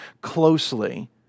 closely